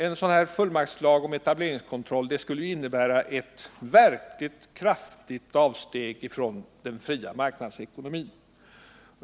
En sådan fullmaktslag om etableringskontroll skulle innebära ett verkligt kraftigt avsteg från den fria marknadsekonomin.